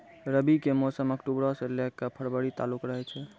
रबी के मौसम अक्टूबरो से लै के फरवरी तालुक रहै छै